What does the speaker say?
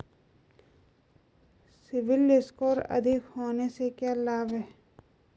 CIBIL score अधिक होने से क्या लाभ हैं?